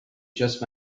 just